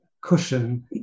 cushion